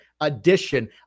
edition